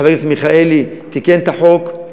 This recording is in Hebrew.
חבר הכנסת מיכאלי תיקן את החוק,